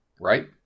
right